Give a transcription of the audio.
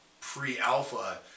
pre-alpha